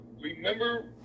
Remember